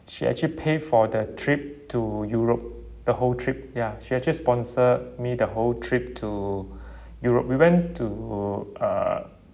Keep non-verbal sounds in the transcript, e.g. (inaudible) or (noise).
she actually pay for the trip to europe the whole trip ya she actually sponsor me the whole trip to (breath) europe we went to uh